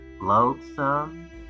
loathsome